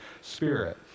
Spirit